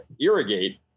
irrigate